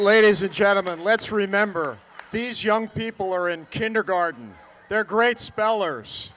ladies and gentlemen let's remember these young people are in kindergarten they're great spellers